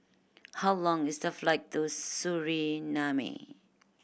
how long is the flight to Suriname